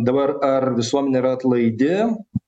dabar ar visuomenė yra atlaidi